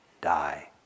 die